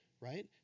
right